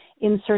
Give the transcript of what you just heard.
insert